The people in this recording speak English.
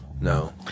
No